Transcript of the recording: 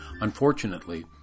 Unfortunately